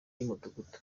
iy’umudugudu